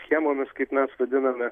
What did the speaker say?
schemomis kaip mes vadiname